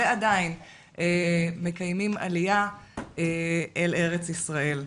ועדיין מקיימים עלייה אל ארץ ישראל.